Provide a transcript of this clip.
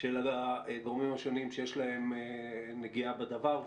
של הגורמים השונים שיש להם נגיעה בדבר.